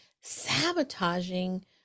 sabotaging